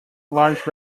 large